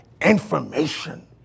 information